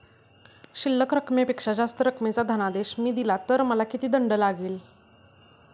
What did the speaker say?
शिल्लक रकमेपेक्षा जास्त रकमेचा धनादेश मी दिला तर मला किती दंड लागेल?